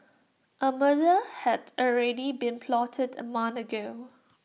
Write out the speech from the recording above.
A murder had already been plotted A month ago